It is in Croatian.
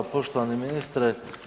Poštovani ministre.